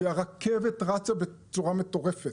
כי הרכבת רצה בצורה מטורפת,